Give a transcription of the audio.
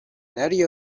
نری